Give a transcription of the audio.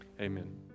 Amen